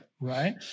Right